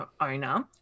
owner